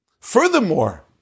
Furthermore